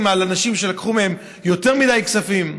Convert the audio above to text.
על אנשים שלקחו מהם יותר מדי כספים.